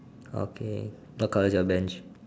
okay what colour is your bench